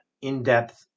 in-depth